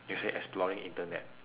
you say exploring internet